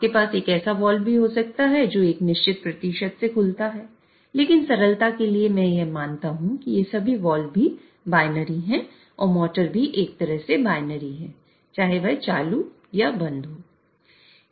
आपके पास एक ऐसा वाल्व भी हो सकता है जो एक निश्चित प्रतिशत से खुलता है लेकिन सरलता के लिए मैं यह मानता हूं कि ये सभी वाल्व भी बायनरी हैं और मोटर भी एक तरह से बायनरी है चाहे वह चालू या बंद हो